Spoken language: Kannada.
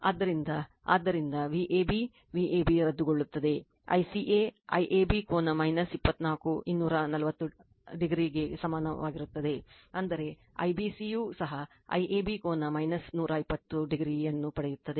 ಆದ್ದರಿಂದ ಆದ್ದರಿಂದ Vab Vab ರದ್ದುಗೊಳ್ಳುತ್ತದೆ ICA IAB ಕೋನ 24 240o ಕ್ಕೆ ಸಮಾನವಾಗಿರುತ್ತದೆ ಅಂದರೆ IBC ಯೂ ಸಹ IAB ಕೋನ 120o ವನ್ನು ಪಡೆಯುತ್ತದೆ